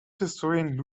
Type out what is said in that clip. historian